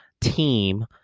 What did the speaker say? team